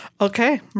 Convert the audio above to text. Okay